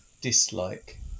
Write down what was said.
dislike